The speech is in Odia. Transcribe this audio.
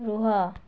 ରୁହ